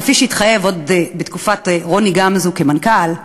כפי שהתחייב עוד בתקופת רוני גמזו כמנכ"ל,